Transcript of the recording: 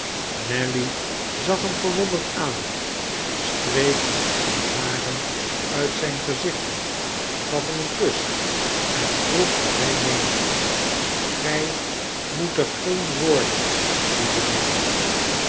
nelly zag hem verwonderd aan streek zijne haren uit zijn gezichtje gaf hem een kus en vroeg wat hij meende gij moet er geen worden lieve nelly